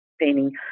painting